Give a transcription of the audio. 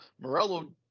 Morello